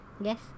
Yes